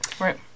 right